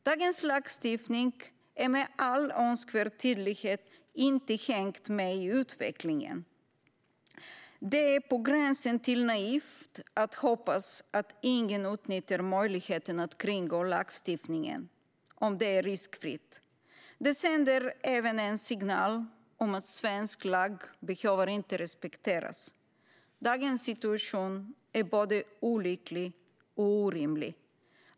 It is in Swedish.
Dagens lagstiftning har med all önskvärd tydlighet inte hängt med i utvecklingen. Det är på gränsen till naivt att hoppas att ingen utnyttjar möjligheten att kringgå lagstiftningen om det är riskfritt. Det sänder även en signal om att svensk lag inte behöver respekteras. Dagens situation är både olycklig och orimlig.